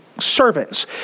servants